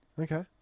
Okay